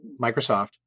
Microsoft